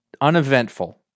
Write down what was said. uneventful